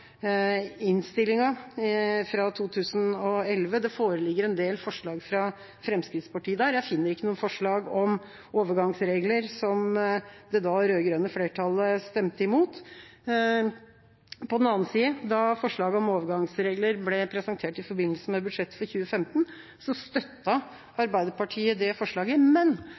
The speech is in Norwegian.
innstillinga fra 2011. Det foreligger en del forslag fra Fremskrittspartiet der, men jeg finner ikke noe forslag om overgangsregler som det da rød-grønne flertallet stemte imot. På den annen side, da forslaget om overgangsregler ble presentert i forbindelse med budsjettet for 2015,